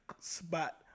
spot